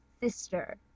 sister